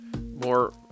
More